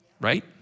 Right